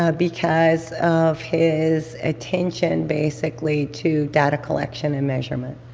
ah because of his attention, basically, to data collection and measurement.